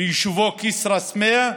ביישובו כסרא-סמיע,